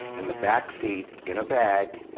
in the backseat, in a bag,